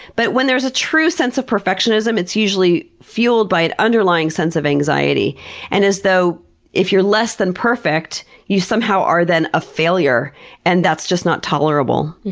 but when there's a true sense of perfectionism, it's usually fueled by an underlying sense of anxiety and as though if you're less than perfect, you somehow are then a failure and that's just not tolerable.